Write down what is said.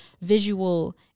visual